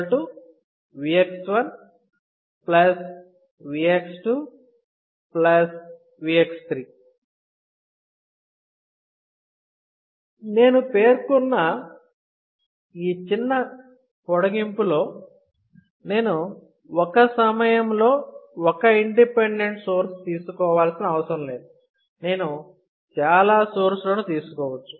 Vx Vx1 Vx2 Vx3 నేను పేర్కొన్న ఈ చిన్న పొడిగింపులో నేను ఒక సమయంలో ఒక ఇండిపెండెంట్ సోర్స్ తీసుకోవలసిన అవసరం లేదు నేను చాలా సోర్స్ లను తీసుకోవచ్చు